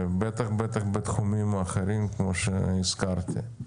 ובטח ובטח בתחומים אחרים, כמו שהזכרתי.